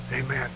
Amen